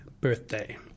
Birthday